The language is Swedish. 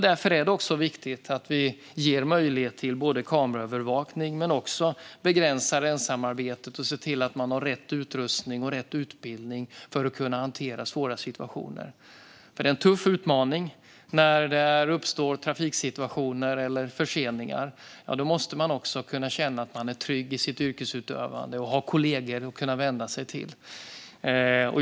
Därför är det viktigt att vi ger möjlighet till kameraövervakning men också att vi begränsar ensamarbetet och ser till att man har rätt utrustning och rätt utbildning för att kunna hantera svåra situationer. Det är en tuff utmaning; när det uppstår trafiksituationer eller förseningar måste man kunna känna sig trygg i sitt yrkesutövande och att man har kollegor att vända sig till.